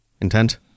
intent